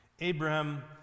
Abraham